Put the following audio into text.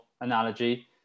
analogy